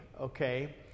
okay